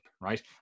right